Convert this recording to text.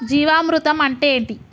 జీవామృతం అంటే ఏంటి?